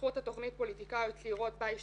בזכות התכנית פוליטיקאיות צעירות בה השתתפתי.